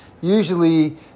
Usually